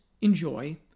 enjoy